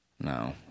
No